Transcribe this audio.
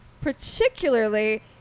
particularly